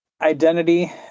identity